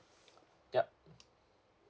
yup